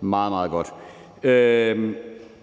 meget, meget godt. Det